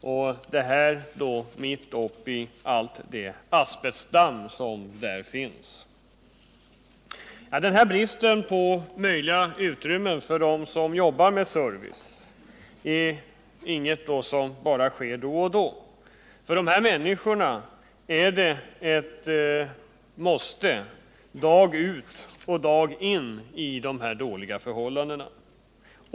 Och detta mitt i allt asbestdamm som finns där. Denna brist på möjliga utrymmen är för dem som jobbar med service inget . som förekommer bara då och då. För dem är det ett måste dag ut och dag in under dessa dåliga förhållanden.